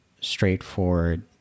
straightforward